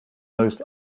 most